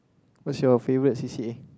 what's your favourite c_c_a